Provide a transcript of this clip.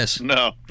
No